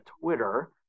twitter